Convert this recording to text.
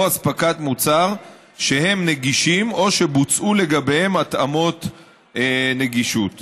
הספקת מוצר שהם נגישים או שבוצעו לגביהם התאמות נגישות.